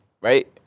Right